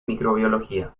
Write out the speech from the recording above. microbiología